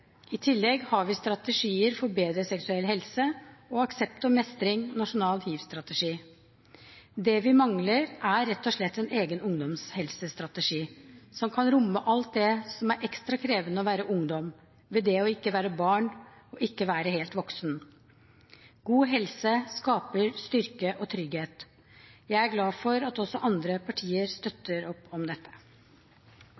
I tillegg har vi strategier for bedre seksuell helse og Aksept og mestring – nasjonal hivstrategi. Det vi mangler, er rett og slett en egen ungdomshelsestrategi som kan romme alt det som er ekstra krevende ved å være ungdom, ved det ikke å være barn, og ikke være helt voksen. God helse skaper styrke og trygghet. Jeg er glad for at også andre partier